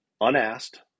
Unasked